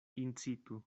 incitu